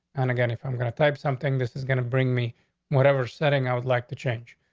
and again if i'm gonna type something, this is going to bring me whatever setting i would like to change.